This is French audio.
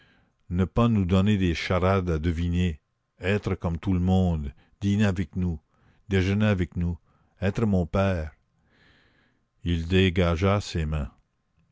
ne pas nous donner des charades à deviner être comme tout le monde dîner avec nous déjeuner avec nous être mon père il dégagea ses mains